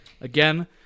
Again